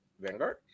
Vanguard